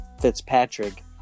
Fitzpatrick